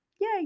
Yay